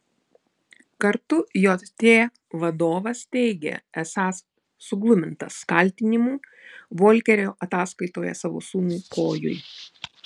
kartu jt vadovas teigė esąs suglumintas kaltinimų volkerio ataskaitoje savo sūnui kojui